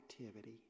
activity